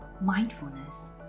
mindfulness